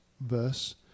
verse